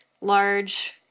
large